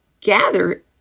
gather